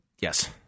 yes